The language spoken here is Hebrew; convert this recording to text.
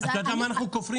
את יודעת למה אנחנו כופרים?